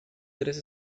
tres